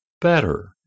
better